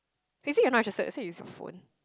is it you're not interested that's why you use your phone